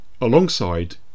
alongside